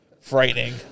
frightening